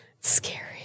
Scary